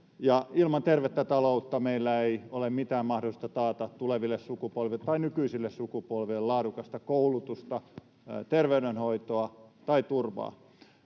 ilman tervettä taloutta meillä ei ole mitään mahdollisuutta taata tuleville sukupolville tai nykyisille sukupolville laadukasta koulutusta, terveydenhoitoa tai turvaa.